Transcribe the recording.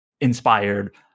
inspired